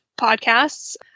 podcasts